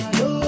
no